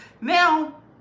now